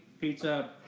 pizza